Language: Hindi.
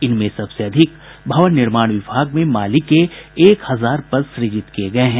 इनमें सबसे अधिक भवन निर्माण विभाग में माली के एक हजार पद सृजित किये गये हैं